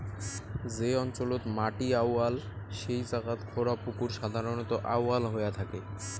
যে অঞ্চলত মাটি আউয়াল সেই জাগাত খোঁড়া পুকুর সাধারণত আউয়াল হয়া থাকে